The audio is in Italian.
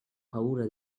paura